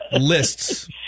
lists